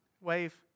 Wave